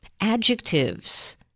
adjectives